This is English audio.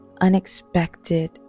unexpected